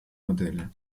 modelle